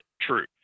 true